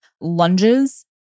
lunges